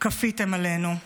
כפיתם עלינו.